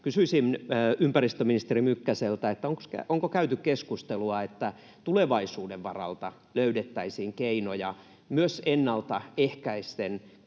Kysyisin ympäristöministeri Mykkäseltä: onko käyty keskustelua, että tulevaisuuden varalta löydettäisiin keinoja myös ennalta ehkäisten